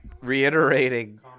reiterating